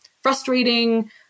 frustrating